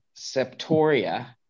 septoria